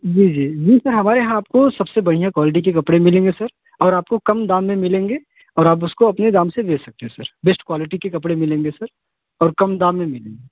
जी जी जी सर हमारे यहाँ आपको सबसे बढ़िया क्वालिटी के कपड़े मिलेंगे सर और आपको कम दाम में मिलेंगे और आपको उसको अपने दाम से बेच सकते हैं सर बेस्ट क्वालिटी के कपड़े मिलेंगे सर और कम दाम में मिलेंगे